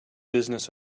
business